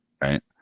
right